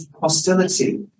hostility